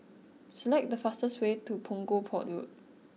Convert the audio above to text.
select the fastest way to Punggol Port Road